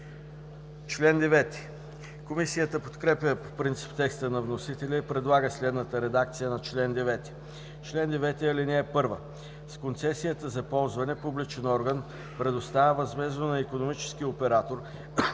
поръчки.“ Комисията подкрепя по принцип текста на вносителя и предлага следната редакция на чл. 9: „Чл. 9. (1) С концесията за ползване публичен орган предоставя възмездно на икономически оператор